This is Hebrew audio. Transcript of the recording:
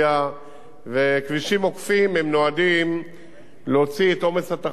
וכבישים עוקפים נועדים להוציא את עומס התחבורה מתוך